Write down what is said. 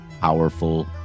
powerful